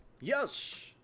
Yes